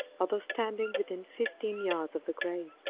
although standing within fifteen yards of the grave.